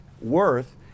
Worth